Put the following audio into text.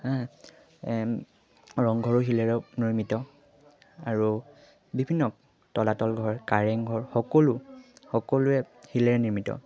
ৰংঘৰো শিলেৰে নিৰ্মিত আৰু বিভিন্ন তলাতল ঘৰ কাৰেংঘৰ সকলো সকলোৱে শিলেৰে নিৰ্মিত